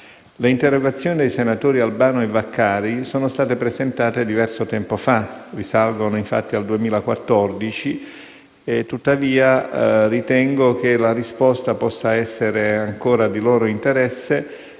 le interrogazioni dei senatori Albano e Vaccari sono state presentate diverso tempo fa (risalgono al 2014), ma ritengo che la risposta possa ancora essere di loro interesse,